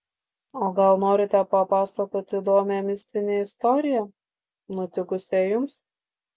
o gal norite papasakoti įdomią mistinę istoriją nutikusią jums